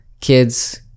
kids